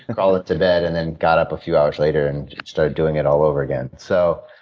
ah crawled into bed, and then got up a few hours later and started doing it all over again. so,